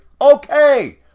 okay